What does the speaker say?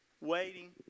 waiting